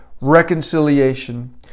Reconciliation